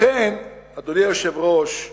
לכן, אדוני היושב-ראש,